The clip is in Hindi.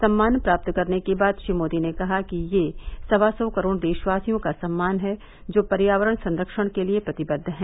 सम्मान प्राप्त करने के बाद श्री मोदी ने कहा कि यह सवा सौ करोड़ देशवासियों का सम्मान है जो पर्यावरण संरक्षण के लिए प्रतिबद्व हैं